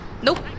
Nope